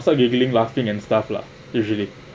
start giggling laughing and stuff lah usually